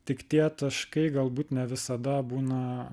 tik tie taškai galbūt ne visada būna